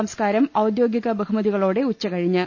സംസ്കാരം ഔദ്യോഗിക ബഹുമതികളോടെ ഉച്ചകഴിഞ്ഞ്